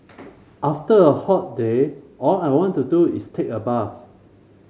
after a hot day all I want to do is take a bath